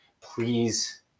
please